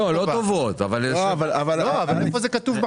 איפה זה כתוב בחוק?